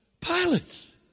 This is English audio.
pilots